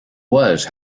was